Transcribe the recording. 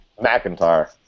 McIntyre